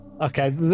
Okay